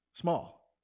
small